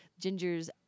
ginger's